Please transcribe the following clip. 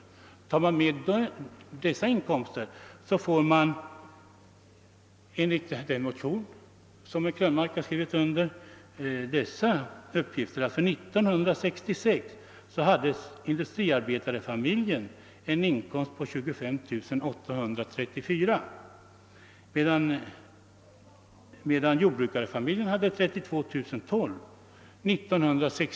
Räknar man in dessa inkomster får man enligt den motion som herr Krönmark har skrivit under följande siffror: För 1966 hade industriarbetarfamiljen en inkomst på 25 834 kronor, medan jordbrukarfamiljen hade 32 012 kronor i inkomst.